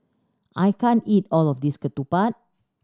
I can't eat all of this Ketupat